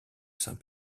saint